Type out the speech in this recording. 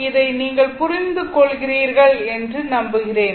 இதை நீங்கள் புரிந்து கொள்கிறீர்கள் என்று நம்புகிறேன்